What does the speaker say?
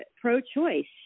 Pro-choice